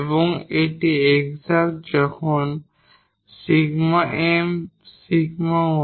এবং এটি এক্সাট যখন 𝜕𝑀𝜕𝑦 𝜕𝑁𝜕𝑥 হয়